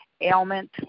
ailment